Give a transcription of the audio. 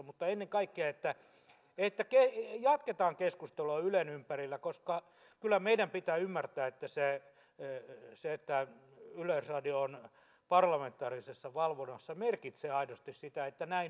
mutta ennen kaikkea jatketaan keskustelua ylen ympärillä koska kyllä meidän pitää ymmärtää että se että yleisradio on parlamentaarisessa valvonnassa merkitsee aidosti sitä että näin on